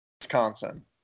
Wisconsin